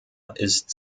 ist